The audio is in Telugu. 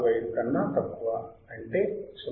045 కన్నా తక్కువ అంటే 0